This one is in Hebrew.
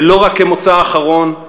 ולא רק כמוצא אחרון,